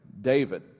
David